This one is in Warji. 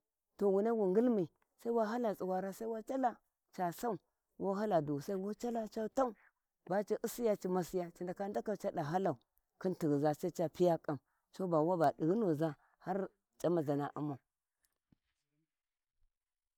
To wu na wu ngilmi sai wa hala tsuwan wa calhi ca sau wo ha dusai wa ta calth co tau ba ci usiya ci masiya ci ndaka ndakau cada halau khin tighiza sa ca piya ƙam waba dighunaza har c`amazau umau.